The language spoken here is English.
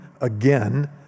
again